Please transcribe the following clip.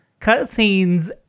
cutscenes